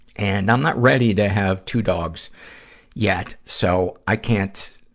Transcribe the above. and, i'm not ready to have two dogs yet, so i can't,